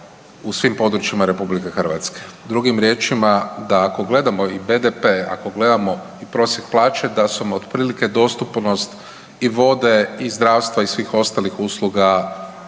u svim područjima RH. Drugim riječima da ako gledamo i BDP, ako gledamo i prosjek plaće, da su vam otprilike dostupnost i vode i zdravstva i svih ostalih usluga